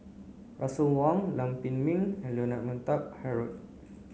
Russel Wong Lam Pin Min and Leonard Montague Harrod